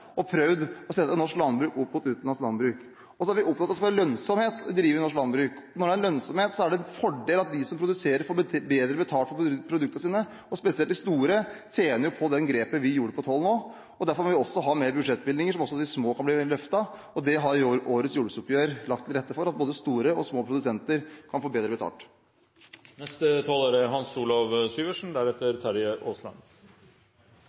har prøvd å skåre billige politiske poeng på det, og prøvd å sette norsk landbruk opp mot utenlandsk landbruk. Vi er opptatt av at det skal være lønnsomt i å drive i norsk landbruk. Når det er lønnsomt, er det en fordel at de som produserer, får bedre betalt for produktene sine. Spesielt de store tjener på det grepet vi tok angående toll, derfor må vi ha større budsjettbevilgninger så også de små kan bli løftet. Årets jordbruksoppgjør har lagt til rette for at både store og små produsenter kan få bedre betalt. Jeg skjønner det er